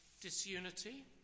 Disunity